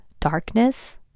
darkness